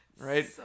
Right